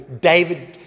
David